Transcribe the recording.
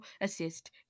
assist